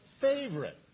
favorite